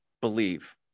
believe